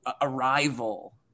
arrival